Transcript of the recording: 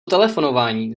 telefonování